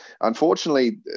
unfortunately